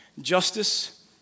justice